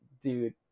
dude